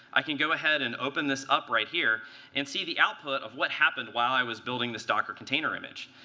i can go ahead and open this up right here and see the output of what happened while i was building this docker container image.